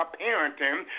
parenting